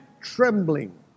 trembling